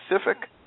specific